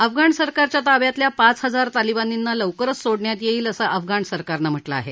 अफगाण सरकारच्या ताब्यातल्या पाच हजार तालिबानींना लवकरच सोडण्यात येईल असं अफगाण सरकानं म्हटलं आहे